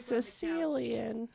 Sicilian